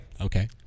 Okay